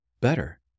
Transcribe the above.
better